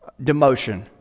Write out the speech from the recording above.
demotion